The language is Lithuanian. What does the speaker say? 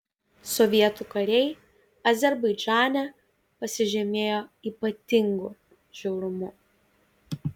sovietų kariai azerbaidžane pasižymėjo ypatingu žiaurumu